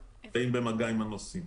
כי הם באים במגע עם הנוסעים.